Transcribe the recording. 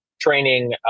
training